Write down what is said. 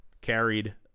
carried